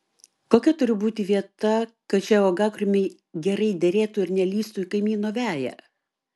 kokia turi būti vieta kad šie uogakrūmiai gerai derėtų ir nelįstų į kaimyno veją